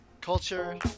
Culture